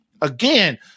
Again